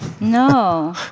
No